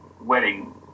wedding